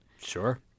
Sure